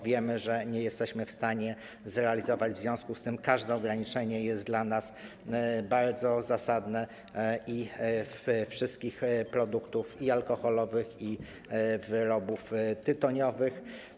Wiemy, że nie jesteśmy w stanie tego zrealizować, w związku z tym każde ograniczenie jest dla nas bardzo zasadne - i wszystkich produktów alkoholowych, i wyrobów tytoniowych.